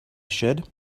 should